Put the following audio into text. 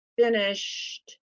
finished